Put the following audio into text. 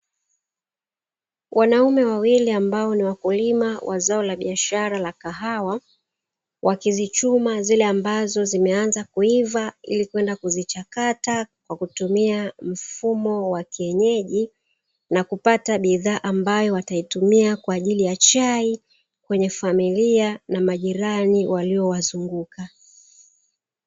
Wanaume wawili, ambao ni wakulima wa zao la biashara la kahawa wakizichuma zile ambazo zimeanza kuiva ili kwenda kuzichakata kwa kutumia mfumo wa kienyeji, na kupata bidhaa ambayo wataitumia kwa ajili ya chai kwenye familia na majirani waliowazunguka.